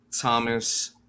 Thomas